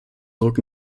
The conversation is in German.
druck